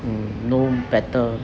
um know better